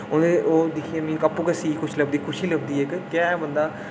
उ'नेंगी ओह् दिक्खियै मिगी आपूं गै खुशी खुशी लभदी इक केह् ऐ बंदा